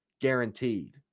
guaranteed